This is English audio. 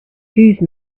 whose